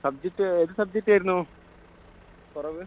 subject ഏത് സബ്ജക്റ്റായിരുന്നു കുറവ്